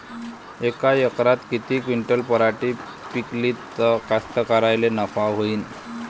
यका एकरात किती क्विंटल पराटी पिकली त कास्तकाराइले नफा होईन?